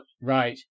Right